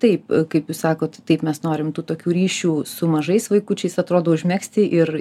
taip kaip jūs sakot taip mes norim tų tokių ryšių su mažais vaikučiais atrodo užmegzti ir